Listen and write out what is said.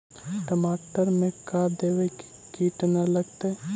टमाटर में का देबै कि किट न लगतै?